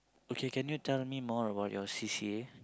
okay can you tell me more about your C_C_A